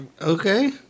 Okay